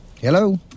Hello